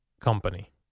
company